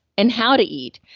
and how to eat.